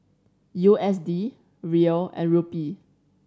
U S D Riel and Rupee